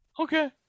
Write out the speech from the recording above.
Okay